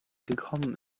gekommen